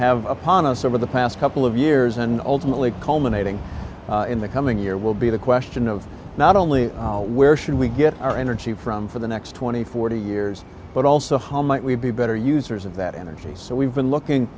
have upon us over the past couple of years and ultimately culminating in the coming year will be the question of not only where should we get our energy from for the next twenty forty years but also how might we be better users of that energy so we've been looking